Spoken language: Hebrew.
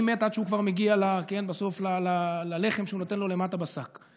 מת עד שהוא כבר מגיע ללחם שלמטה בשק.